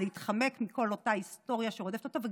להתחמק מכל אותה היסטוריה שרודפת אותו,